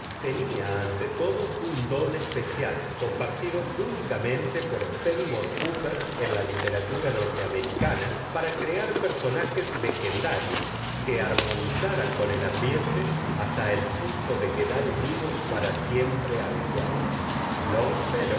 tenía ante todo un don especial compartido únicamente por fénimore cóoper en la literatura norteamericana para crear personajes legendarios que armonizaran con el ambiente hasta el punto de quedar unidos para siempre al cuadro